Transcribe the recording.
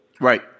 right